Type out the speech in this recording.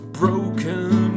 broken